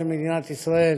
של מדינת ישראל